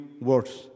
words